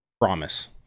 promise